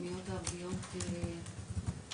הייתי אומרת, אפילו קורסות מפשיעה.